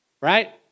Right